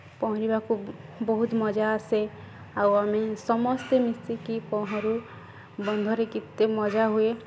ପହଁରିବାକୁ ବହୁତ ମଜା ଆସେ ଆଉ ଆମେ ସମସ୍ତେ ମିଶିକି ପହଁରୁ ବନ୍ଧରେ କେତେ ମଜା ହୁଏ